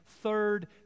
Third